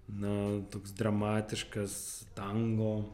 na toks dramatiškas tango